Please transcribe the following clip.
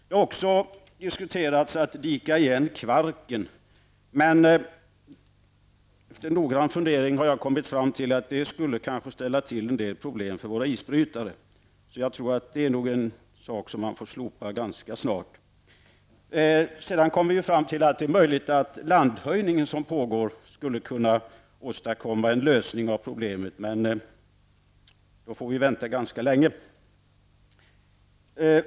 Det har också diskuterats att dika igen Kvarken, men efter noggrann fundering har jag kommit fram till att det kanske skulle ställa till en del problem för våra isbrytare. Jag tror därför att detta är en idé man ganska snart får slopa. Vi kom sedan fram till att det är möjligt att den landhöjning som pågår skulle kunna åstadkomma en lösning av problemet, men då får vi vänta ganska länge.